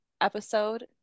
episode